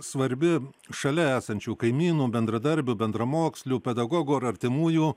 svarbi šalia esančių kaimynų bendradarbių bendramokslių pedagogų ar artimųjų